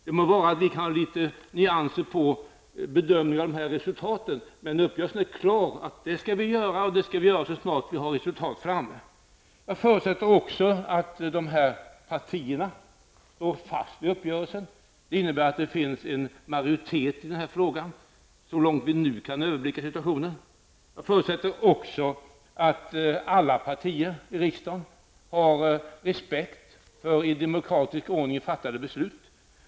Det må vara att vi har litet olika nyanser på bedömningen av dessa resultat, men uppgörelsen är klar på den punkten; vi skall göra det så snart som vi har resultat framme. Jag förutsätter också att dessa partier står fast vid uppgörelsen. Det innebär att det finns en majoritet i denna fråga -- så långt vi nu kan överblicka situationen. Jag förutsätter också att alla partier i riksdagen har respekt för i demokratisk ordning fattade beslut.